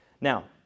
Now